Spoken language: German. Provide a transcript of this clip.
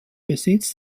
besitz